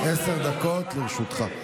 עשר דקות לרשותך.